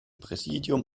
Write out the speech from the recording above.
präsidium